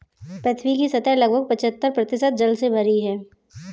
पृथ्वी की सतह लगभग पचहत्तर प्रतिशत जल से भरी है